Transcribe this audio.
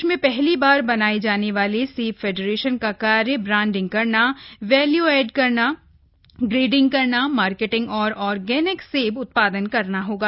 प्रदेश में पहली बार बनाये जाने वाले सेब फेडरेशन का कार्य ब्रांडिंग करना वैल्यू एड करना ग्रेडिंग करना मार्केटिंग और ऑर्गेनिक सेब उत्पादन करना होगा